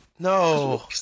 No